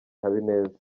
habineza